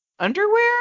Underwear